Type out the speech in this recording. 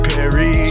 Perry